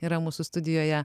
yra mūsų studijoje